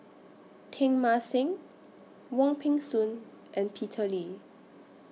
Teng Mah Seng Wong Peng Soon and Peter Lee